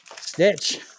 Stitch